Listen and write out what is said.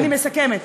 אני מסכמת.